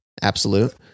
Absolute